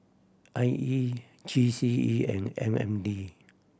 I E G C E and M N D